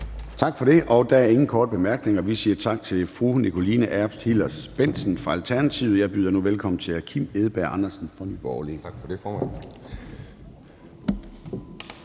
Tak for det. Der er ingen korte bemærkninger. Vi siger tak til fru Nikoline Erbs Hillers-Bendtsen fra Alternativet. Jeg byder nu velkommen til hr. Kim Edberg Andersen fra Nye Borgerlige.